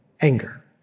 anger